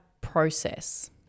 process